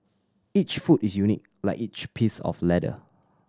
each foot is unique like each piece of leather